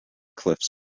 cliffs